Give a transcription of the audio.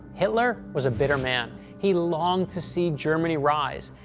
hitler was a bitter man. he longed to see germany rise.